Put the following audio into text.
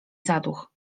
zaduch